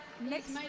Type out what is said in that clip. next